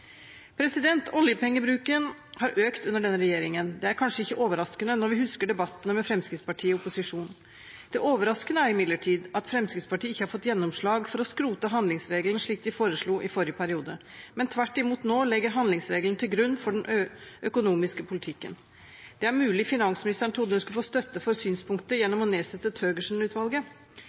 Oljepengebruken har økt under denne regjeringen. Det er kanskje ikke overraskende når vi husker debattene med Fremskrittspartiet i opposisjon. Det overraskende er imidlertid at Fremskrittspartiet ikke har fått gjennomslag for å skrote handlingsregelen, slik de foreslo i forrige periode, men tvert imot nå legger handlingsregelen til grunn for den økonomiske politikken. Det er mulig finansministeren trodde hun skulle få støtte for synspunktet